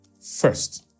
First